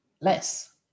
less